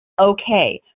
okay